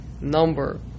number